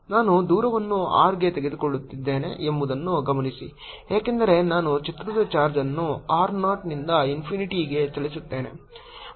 ನಾನು ದೂರವನ್ನು r ಗೆ ತೆಗೆದುಕೊಳ್ಳುತ್ತಿದ್ದೇನೆ ಎಂಬುದನ್ನು ಗಮನಿಸಿ ಏಕೆಂದರೆ ನಾನು ಚಿತ್ರದ ಚಾರ್ಜ್ ಅನ್ನು r ನಾಟ್ನಿಂದ ಇನ್ಫಿನಿಟಿಗೆ ಚಲಿಸುತ್ತೇನೆ